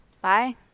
Bye